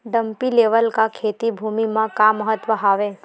Dumpy level का खेती भुमि म का महत्व हावे?